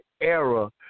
era